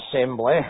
Assembly